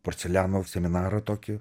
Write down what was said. porceliano seminarą tokį